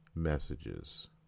messages